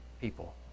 people